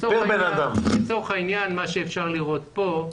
לצורך העניין, אפשר לראות כאן.